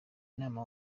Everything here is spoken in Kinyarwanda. nama